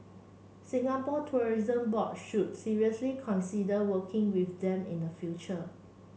Singapore Tourism Board should seriously consider working with them in the future